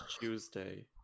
tuesday